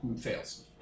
fails